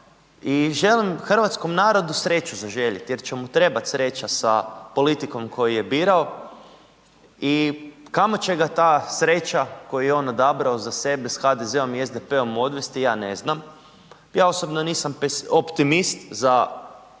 i želim hrvatskom narodu sreću zaželjeti jer će mu trebati sreća sa politikom koju je birao i kamo će ga ta sreća koju je on odabrao za sebe s HDZ-om i SDP-om odvesti, ja ne znam. Ja osobno nisam optimist za trenutnu